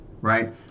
right